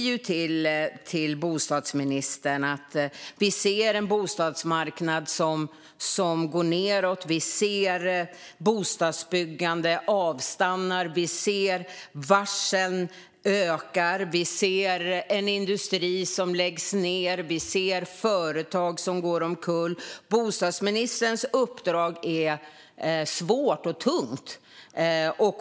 Vi ser att bostadsmarknaden går nedåt, att bostadsbyggandet avstannar, att varslen ökar, att industri läggs ned och att företag går omkull. Bostadsministerns uppdrag är svårt och tungt.